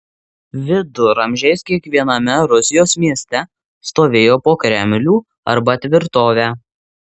viduramžiais kiekviename rusijos mieste stovėjo po kremlių arba tvirtovę